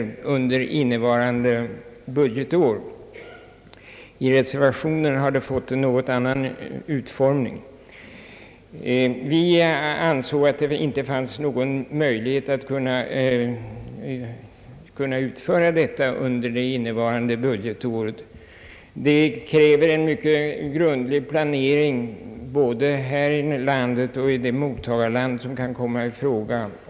I reservationen har förslaget fått en något annan utformning. Från vårt håll har vi ansett att det inte finns möjlighet att få i gång denna verksamhet under det innevarande budgetåret, eftersom det krävs en mycket grundlig planering både här i landet och i de mottagarländer som kan komma i fråga.